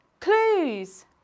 clues